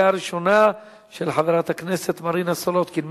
של חברת הכנסת מרינה סולודקין,